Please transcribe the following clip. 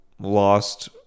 lost